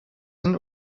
sind